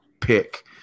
pick